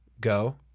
go